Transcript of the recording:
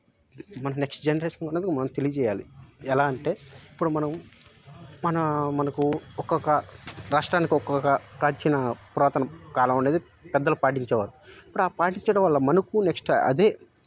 మన next generation అనేది మనం తెలియజేయాలి ఎలా అంటే ఇప్పుడు మనం మన మనకు ఒక్కొక్క రాష్ట్రానికి ఒక్కొక్క ప్రాచీన పురాతన కాలం అనేది పెద్దలు పాటించేవారు ఇప్పుడు ఆ పాటించడం వల్ల మనకు నెక్స్ట్ అదే